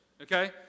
okay